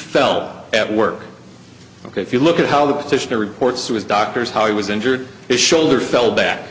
fell at work ok if you look at how the petitioner reports to his doctors how he was injured his shoulder fell back